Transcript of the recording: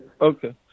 Okay